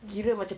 mm